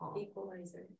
equalizer